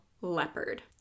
leopard